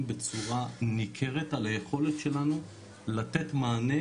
בצורה ניכרת על היכולת שלנו לתת מענה,